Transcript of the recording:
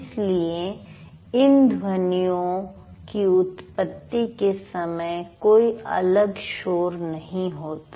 इसलिए इन ध्वनियों की उत्पत्ति के समय कोई अलग शोर नहीं होता